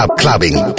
clubbing